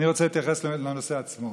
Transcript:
אני רוצה להתייחס לנושא עצמו.